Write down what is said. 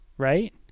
right